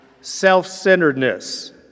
self-centeredness